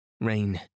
rain